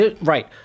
right